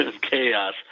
Chaos